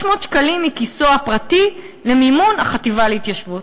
שקלים מכיסו הפרטי למימון החטיבה להתיישבות.